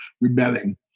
rebelling